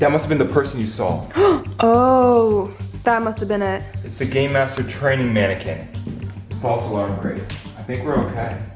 that must have been the person you saw ohhh ohhh that must have been it it's the game master training mannequin false alarm grace i think we're okay.